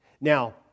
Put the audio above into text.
Now